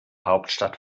hauptstadt